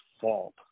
fault